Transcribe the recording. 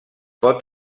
pot